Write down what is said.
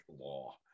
law